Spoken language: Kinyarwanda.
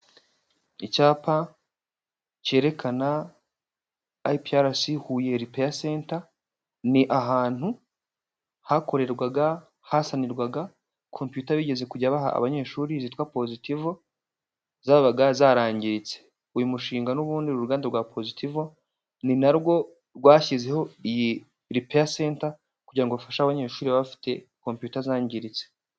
icyapa cyerekana IPRC huye repair center, ni ahantu hakorerwaga, hasanirwaga computer bigeze kujya baha abanyeshuri zitwa positivo zabaga zarangiritse, uyu mushinga n'ubundi uruganda rwa positivo ni narwo rwashyizeho iyi repair center, kugira ngo ifashe abanyeshuri bafite computer zangiritse.